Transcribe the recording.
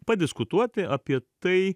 padiskutuoti apie tai